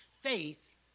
Faith